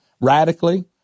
radically